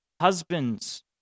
Husbands